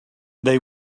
they